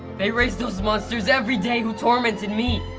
they raised those monsters everyday who tormented me.